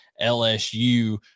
LSU